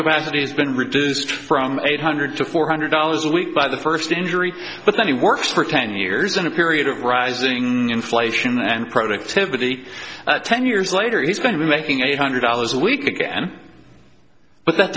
has been reduced from eight hundred to four hundred dollars a week by the first injury but then he works for ten years in a period of rising inflation and productivity ten years later he's going to be making eight hundred dollars a week again but that